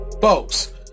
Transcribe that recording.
Folks